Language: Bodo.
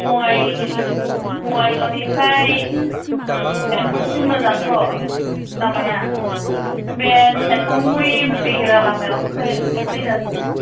बङाय बङाइगावनिफ्राय बेंटलसिम मोजांथ' लामाया बे सेरफांगुरि फैग्रा लामायावसो एसे गाज्रि